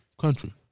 country